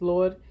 Lord